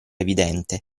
evidente